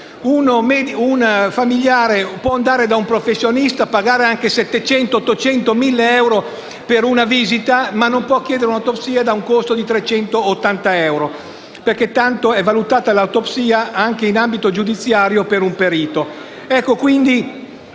Un familiare può andare da un professionista, pagare anche 800-1.000 euro per una visita, ma non può chiedere un'autopsia, che ha un costo di 380 euro, perché tanto è valutata l'autopsia anche in ambito giudiziario per un perito.